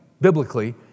biblically